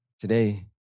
Today